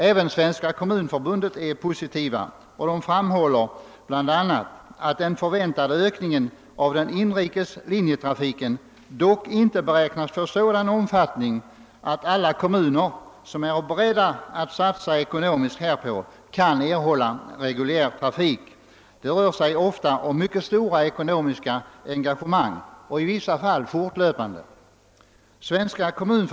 Även Svenska kommunförbundet är positivt och framhåller bl.a. att den väntade ökningen av den inrikes linjetrafiken inte kan beräknas få sådan omfattning att alla kommuner som är beredda att satsa ekonomiskt härpå kan erhålla reguljär trafik. Det rör sig om mycket stora och i vissa fall fortlöpande ekonomiska engagemang.